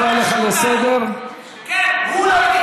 מקומך לא כאן, מקומך שם, בעזה, הוא פאשיסט.